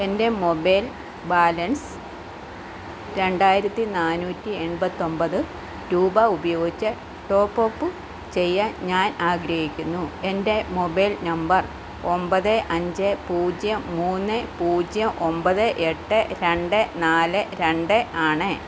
എൻ്റെ mobile balance രണ്ടായിരത്തി നാന്നൂറ്റി എൺപത്തൊൻപത് രൂപ ഉപയോഗിച്ച് ടോപ്പ് അപ്പ് ചെയ്യാൻ ഞാൻ ആഗ്രഹിക്കുന്നു എൻ്റെ മൊബേൽ നമ്പർ ഒൻപത് അഞ്ച് പൂജ്യം മൂന്ന് പൂജ്യം ഒൻപത് എട്ട് രണ്ട് നാല് രണ്ട് ആണ്